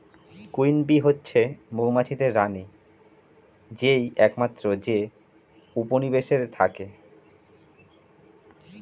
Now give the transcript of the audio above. queen bee হচ্ছে মৌমাছিদের রানী যেই একমাত্র যে উপনিবেশে থাকে